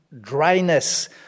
dryness